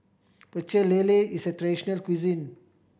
Pecel Lele is a traditional local cuisine